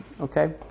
Okay